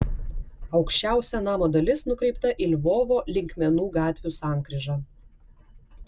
aukščiausia namo dalis nukreipta į lvovo linkmenų gatvių sankryžą